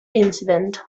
incident